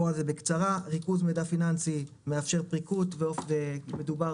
ריכוז מידע פיננסי מאפשר פריקות מדובר